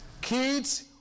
Kids